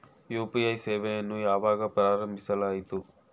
UPI ಸೇವೆಯನ್ನು ಯಾವಾಗ ಪ್ರಾರಂಭಿಸಲಾಯಿತು?